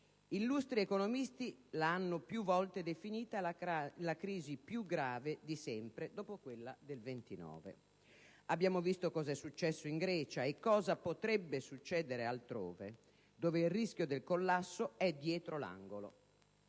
Illustri economisti la hanno più volte definita la crisi più grave di sempre, dopo quella del 1929. Abbiamo visto cosa è successo in Grecia e cosa potrebbe succedere altrove, dove il rischio del collasso è dietro l'angolo.